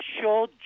show